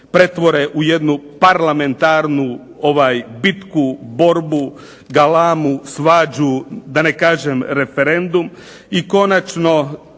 pretvore u jednu parlamentarnu bitku, borbu, galamu, svađu, da ne kažem referendum.